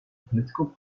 political